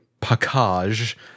package